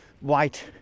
white